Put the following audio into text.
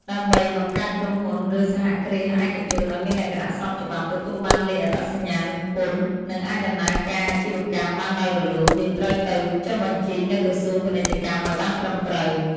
ដើម្បី បង្កើតក្រុមហ៊ុន ឬ សហគ្រាសឯកជនឱ្យមានលក្ខណៈស្របច្បាប់ ទទួលបានលេខអត្តសញ្ញាណពន្ធ និងអាចដំណើរការអាជីវកម្មបានដោយរលូន យើងត្រូវទៅចុះបញ្ជីនៅក្រសួងពាណិជ្ជកម្មអោយបានត្រឹមត្រូវ។